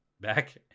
back